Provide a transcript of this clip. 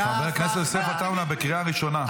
חבר הכנסת יוסף עטאונה, קריאה ראשונה.